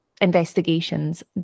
investigations